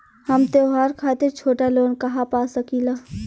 हम त्योहार खातिर छोटा लोन कहा पा सकिला?